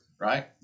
right